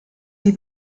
sie